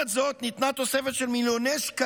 אני קובע כי הצעת החוק אושרה בקריאה השנייה.